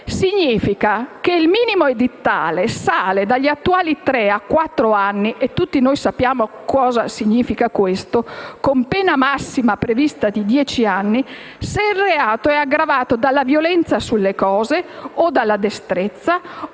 Significa che il minimo edittale sale dagli attuali tre a quattro anni - e tutti sappiamo cosa ciò significhi - con pena massima prevista di dieci anni, se il reato è aggravato dalla violenza sulle cose o dalla destrezza